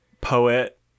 poet